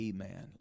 Amen